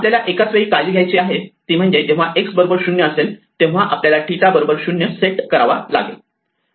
आपल्याला एकाच गोष्टीची काळजी घ्यायची आहे ती म्हणजे जेव्हा x 0 असेल तेव्हा आपल्याला थिटा 0 सेट करावा लागेल